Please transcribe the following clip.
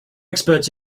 experts